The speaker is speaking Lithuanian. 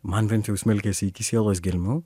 man bent jau smelkiasi iki sielos gelmių